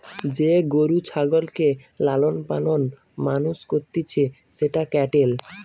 যে গরু ছাগলকে লালন পালন মানুষ করতিছে সেটা ক্যাটেল